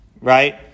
right